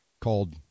called